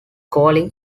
calling